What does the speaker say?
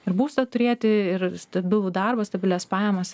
ir būstą turėti ir stabilų darbą stabilias pajamas